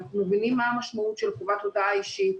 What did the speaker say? אנחנו מבינים מה המשמעות של חובת הודעה אישית.